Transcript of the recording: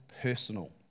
personal